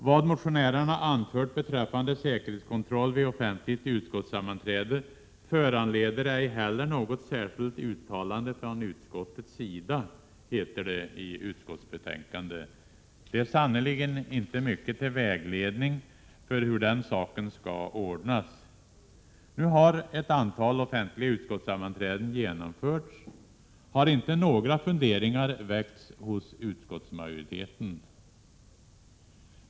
”Vad motionärerna anfört beträffande säkerhetskontroll vid offentligt utskottssammanträde föranleder ej heller något särskilt uttalande från utskottets sida”, heter det i utskottsbetänkandet. Det är sannerligen inte mycket till vägledning för hur den saken skall ordnas. Nu har ett antal offentliga utskottssammanträden genomförts. Har inte några funderingar väckts hos utskottsmajoriteten?